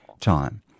time